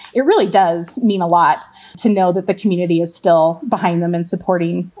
it really does mean a lot to know that the community is still behind them and supporting,